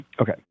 Okay